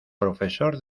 profesor